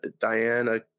Diana